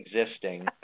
existing